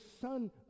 son